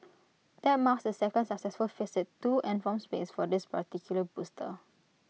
that marks the second successful visit to and from space for this particular booster